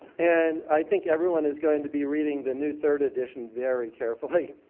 and i think everyone is going to be reading the new third edition very carefully.